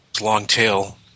long-tail